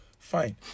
fine